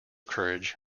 courage